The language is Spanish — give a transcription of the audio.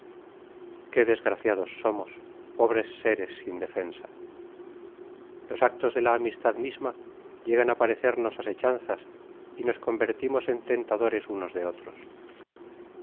qué desgraciados somos pobres seres sin defensa los actos de la amistad misma llegan á parecemos asechanzas y nos convertimos en tentadores unos de otros